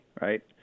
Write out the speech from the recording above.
right